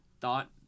thought